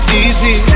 Easy